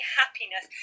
happiness